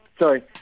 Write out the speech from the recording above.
Sorry